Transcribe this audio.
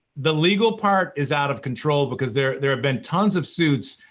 the legal part is out of control because there there have been tons of suits,